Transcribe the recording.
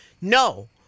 No